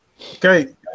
Okay